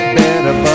better